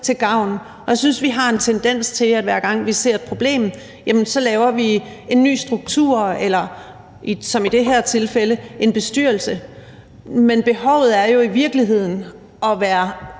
til gavn. Jeg synes, at vi har en tendens til, at vi, hver gang vi ser et problem, så laver en ny struktur eller – som i det her tilfælde – en bestyrelse. Men behovet er jo i virkeligheden at være